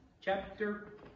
chapter